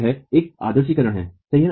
यह एक आदर्शीकरण है सही है